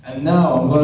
no